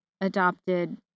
adopted